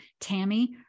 Tammy